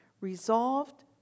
resolved